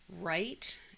right